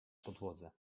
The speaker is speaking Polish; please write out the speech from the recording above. podłodze